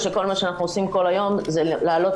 שכל מה שאנחנו עושים כל היום זה להעלות